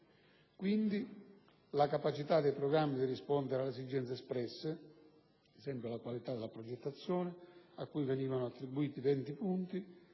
private; capacità dei programmi di rispondere alle esigenze espresse (qualità della progettazione), cui venivano attribuiti 20 punti,